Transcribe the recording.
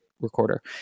Recorder